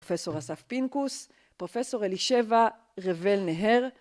פרופסור אסף פינקוס, פרופסור אלישבע רבל-נהר